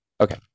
okay